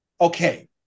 Okay